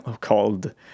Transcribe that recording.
called